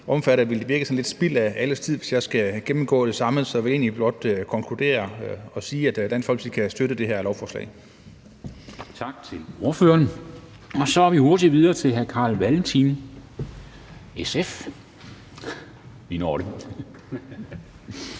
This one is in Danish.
ville det virke som sådan lidt spild af alles tid, hvis jeg skal gennemgå det samme. Så jeg vil egentlig blot konkludere og sige, at Dansk Folkeparti kan støtte det her lovforslag.